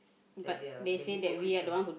that they're they're hypocrites ah